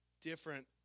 different